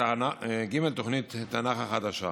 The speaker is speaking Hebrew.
תוכנית התנ"ך החדשה.